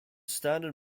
standard